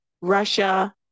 Russia